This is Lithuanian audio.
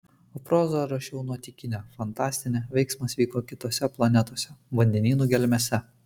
o prozą rašiau nuotykinę fantastinę veiksmas vyko kitose planetose vandenynų gelmėse